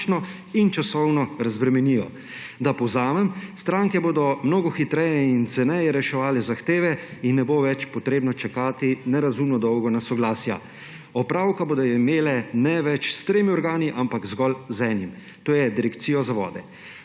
in časovno razbremenijo. Da povzamem, stranke bodo mnogo hitreje in ceneje reševale zahteve in ne bo več treba čakati nerazumno dolgo na soglasja. Opravka bodo imele ne več s tremi organi, ampak zgolj z enim − to je z Direkcijo za vode.